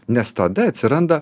nes tada atsiranda